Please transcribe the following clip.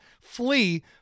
flee